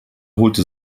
holte